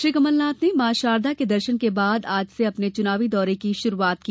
श्री कमलनाथ ने मां शारदा के दर्शन के बाद आज से अपने चुनावी दौरे की शुरूआत की